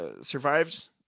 survived